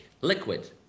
liquid